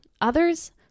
Others